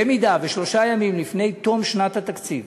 במידה ששלושה ימים לפני תום שנת התקציב